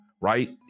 right